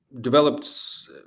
developed